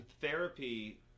Therapy